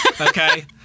okay